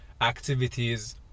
activities